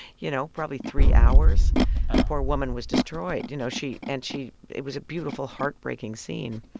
you know, probably three hours. the poor woman was destroyed. you know, she and she it was a beautiful, heartbreaking scene.